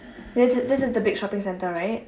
there's a this is the big shopping center right